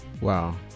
wow